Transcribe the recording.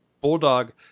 bulldog